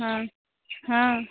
हँ हँ